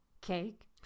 cake